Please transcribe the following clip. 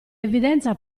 evidenza